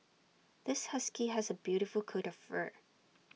this husky has A beautiful coat of fur